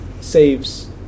saves